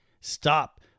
stop